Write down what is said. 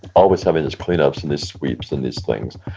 always having these cleanups and these sweeps and these things.